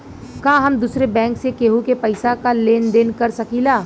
का हम दूसरे बैंक से केहू के पैसा क लेन देन कर सकिला?